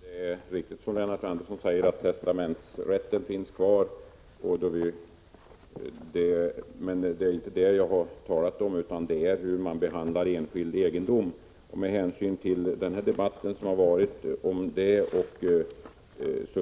Fru talman! Det är riktigt som Lennart Andersson säger, att testamentsrätten finns kvar, men det är inte det jag har talat om utan hur enskild egendom behandlas. Med hänsyn till den debatt som har varit